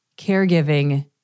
Caregiving